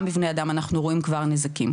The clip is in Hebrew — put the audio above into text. גם בבני אדם אנחנו רואים כבר נזקים,